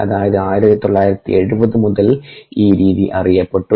അതായത് 1970 മുതൽ ഈ രീതി അറിയപ്പെട്ടു